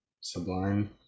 Sublime